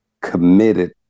committed